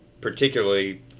particularly